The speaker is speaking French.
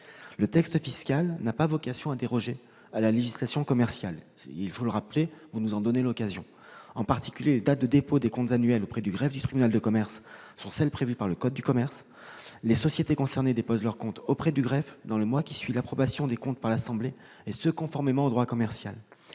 un texte fiscal n'a pas vocation à déroger à la législation commerciale. En particulier, les dates de dépôt des comptes annuels auprès du greffe du tribunal de commerce sont celles qui sont prévues par le code de commerce. Les sociétés concernées déposent leurs comptes auprès du greffe dans le mois qui suit l'approbation des comptes par l'assemblée, et ce conformément au droit commercial.